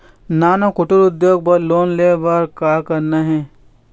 नान अउ कुटीर उद्योग बर लोन ले बर का करना हे?